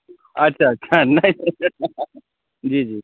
अच्छा अच्छा नहि जी जी